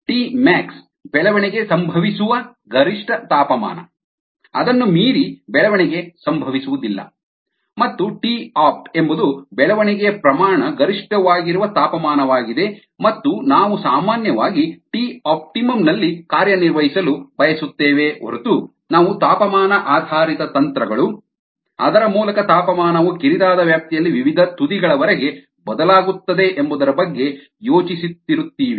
Tmax ಬೆಳವಣಿಗೆ ಸಂಭವಿಸುವ ಗರಿಷ್ಠ ತಾಪಮಾನ ಅದನ್ನು ಮೀರಿ ಬೆಳವಣಿಗೆ ಸಂಭವಿಸುವುದಿಲ್ಲ ಮತ್ತು ಟಿ ಆಪ್ಟ್ ಎಂಬುದು ಬೆಳವಣಿಗೆಯ ಪ್ರಮಾಣ ಗರಿಷ್ಠವಾಗಿರುವ ತಾಪಮಾನವಾಗಿದೆ ಮತ್ತು ನಾವು ಸಾಮಾನ್ಯವಾಗಿ ಟಿ ಆಪ್ಟಿಮಂ ನಲ್ಲಿ ಕಾರ್ಯನಿರ್ವಹಿಸಲು ಬಯಸುತ್ತೇವೆ ಹೊರತು ನಾವು ತಾಪಮಾನ ಆಧಾರಿತ ತಂತ್ರಗಳು ಅದರ ಮೂಲಕ ತಾಪಮಾನವು ಕಿರಿದಾದ ವ್ಯಾಪ್ತಿಯಲ್ಲಿ ವಿವಿಧ ತುದಿಗಳವರೆಗೆ ಬದಲಾಗುತ್ತದೆ ಎಂಬುದರ ಬಗ್ಗೆ ಯೋಚಿಸುತ್ತಿರುತ್ತೀವಿ